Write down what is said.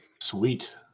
Sweet